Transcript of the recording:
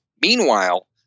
Meanwhile